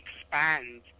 expand